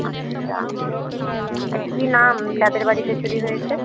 আচ্ছা তা কী নাম যাদের বাড়িতে চুরি হয়েছে